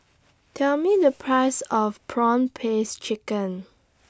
Tell Me The Price of Prawn Paste Chicken